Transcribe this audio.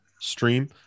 stream